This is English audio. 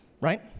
Right